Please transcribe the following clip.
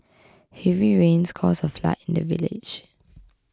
heavy rains caused a flood in the village